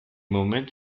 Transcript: moment